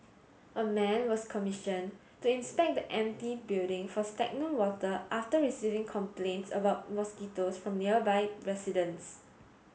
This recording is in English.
a man was commission to inspect the empty building for stagnant water after receiving complaints about mosquitoes from nearby residents